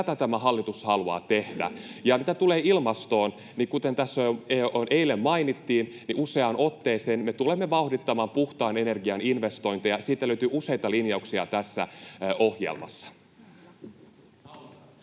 tätä tämä hallitus haluaa tehdä. Mitä tulee ilmastoon, kuten tässä jo eilen mainittiin useaan otteeseen, me tulemme vauhdittamaan puhtaan energian investointeja. Siitä löytyy useita linjauksia tässä ohjelmassa.